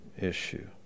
issue